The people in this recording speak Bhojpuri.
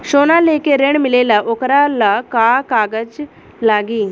सोना लेके ऋण मिलेला वोकरा ला का कागज लागी?